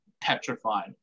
petrified